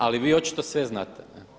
Ali vi očito sve znate.